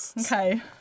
Okay